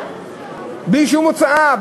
בלי שום הוצאה,